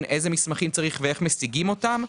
איזה מסמכים צריך ואיך משיגים אותם,